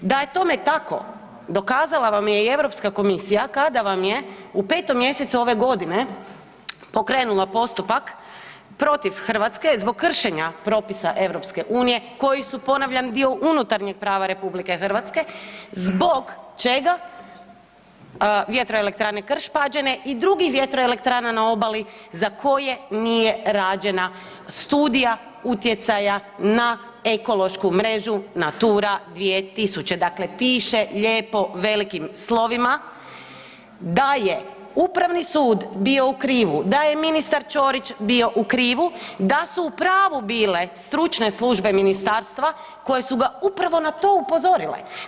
Da je to tome tako dokazala vam je i Europska komisija kada vam je u 5. mjesecu ove godine pokrenula postupak protiv Hrvatske zbog kršenja propisa EU koji su ponavljam dio unutarnjeg prava RH zbog čega vjetroelektrane Krš-Pađene i drugih vjetroelektrana na obali za koje nije rađena studija utjecaja na ekološku mrežu Natura 2000., dakle piše lijepo velikim slovima da je Upravni sud bio u krivu, da je ministar Ćorić bio u krivu, da su u pravu bile stručne službe ministarstva koje su ga upravo na to upozorile.